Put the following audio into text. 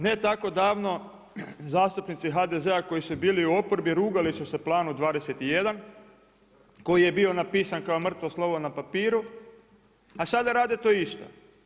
Ne tako davno zastupnici HDZ-a koji su bili u oporbi rugali su se Planu 21 koji je bio napisan kao mrtvo slovo na papiru, a sada rade to isto.